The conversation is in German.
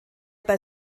bei